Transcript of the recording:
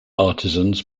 artisans